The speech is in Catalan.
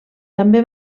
també